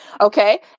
Okay